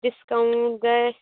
discount گَژھِ